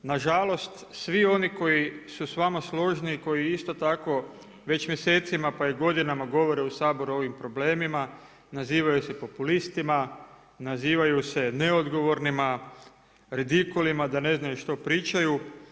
Nažalost svi oni koji su s vama složni, koji isto tako već mjesecima pa i godinama govore u Saboru ovim problemima, nazivaju se populistima, nazivaju se neodgovornima, radikalima, da ne znaju što pričaju.